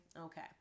okay